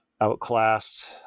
outclassed